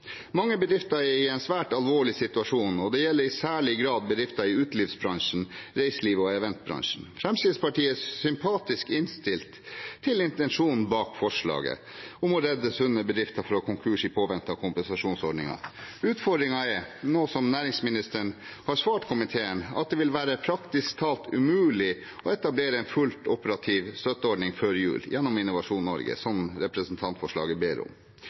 Mange bedrifter er i en svært alvorlig situasjon, og det gjelder i særlig grad bedrifter i utelivsbransjen, reiseliv og eventbransjen. Fremskrittspartiet er sympatisk innstilt til intensjonen bak forslaget om å redde sunne bedrifter fra konkurs i påvente av kompensasjonsordningen. Utfordringen er, som næringsministeren har svart komiteen, at det vil være «praktisk talt umulig å etablere en fullt operativ støtteordning før jul» gjennom Innovasjon Norge, slik representantforslaget ber om,